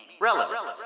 relevant